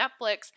Netflix